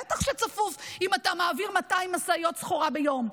בטח שצפוף אם אתה מעביר 200 משאיות סחורה ביום.